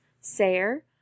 Sayer